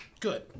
Good